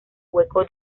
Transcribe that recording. hueco